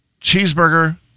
cheeseburger